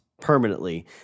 permanently